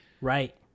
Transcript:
Right